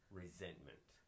resentment